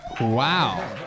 Wow